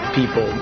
people